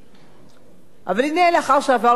אבל הנה, לאחר שעברנו את המכשולים האלה,